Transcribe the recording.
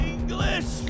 English